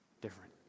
different